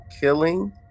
killing